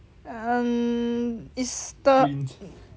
um is the